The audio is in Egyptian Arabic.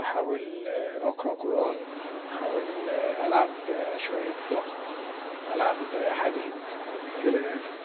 احاول اقرأ قرآن، احاول ألعب شوية ضغط، ألعب حديد، كدا يعني.